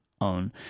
own